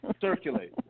circulate